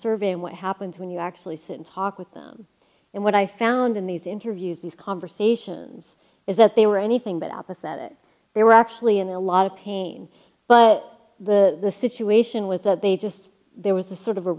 survey and what happens when you actually sit and talk with them and what i found in these interviews these conversations is that they were anything but apathetic they were actually in a lot of pain but the situation was that they just there was a sort of